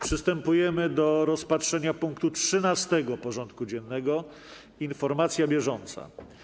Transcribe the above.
Przystępujemy do rozpatrzenia punktu 13. porządku dziennego: Informacja bieżąca.